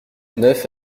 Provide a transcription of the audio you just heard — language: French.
neuf